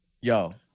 Yo